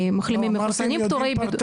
המחלימים והמחוסנים פטורי בידוד.